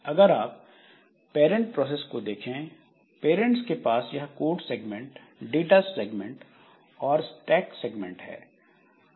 अगर आप parent process को देखें पेरेंट्स के पास यह कोड सेगमेंट डाटा सेगमेंट और स्टैक है